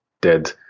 dead